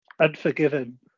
Unforgiven